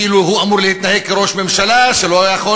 כאילו הוא אמור להתנהג כראש ממשלה שלא היה יכול